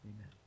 Amen